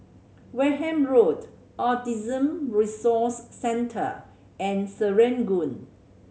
Wareham Road Autism Resource Centre and Serangoon